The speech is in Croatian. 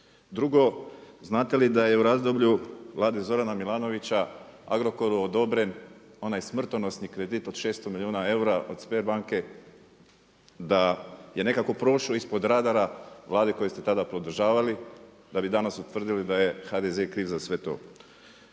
Drugo, znate li da je u razdoblju Vlade Zorana Milanovića Agrokoru, odobren onaj smrtonosni kredit od 600 milijuna eura od Sberbanke da je nekako prošao ispod radara Vlade koju ste tada podržavali, da bi danas utvrdili da je HDZ kriv za sve to?